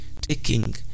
taking